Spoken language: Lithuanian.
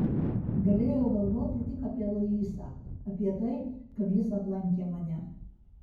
galėjau galvoti tik apie luisą apie tai kad jis aplankė mane